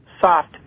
soft